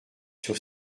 sur